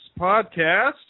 podcast